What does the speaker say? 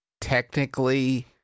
technically